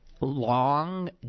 long